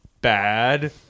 bad